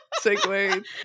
segue